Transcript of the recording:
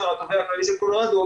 התובע הכללי של קולורדו,